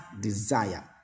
desire